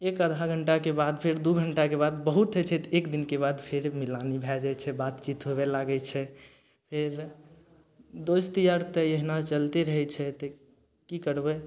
एक आधा घण्टाके बाद फिर दू घण्टाके बाद बहुत होइ छै तऽ एक दिनके बाद फेर मिलानी भए जाइ छै बातचीत होबय लागय छै हे बे दोस्त यार तऽ एहिना चलते रहय छै ई तऽ की करबय